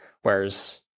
Whereas